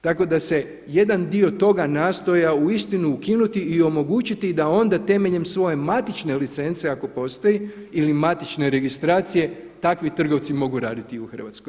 Tako da se jedan dio toga nastojao uistinu ukinuti i omogućiti da onda temeljem svoje matične licence ako postoji ili matične registracije takvi trgovci mogu raditi i u Hrvatskoj.